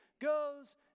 goes